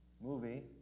movie